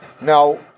Now